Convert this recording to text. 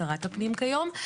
שרת הפנים כיום.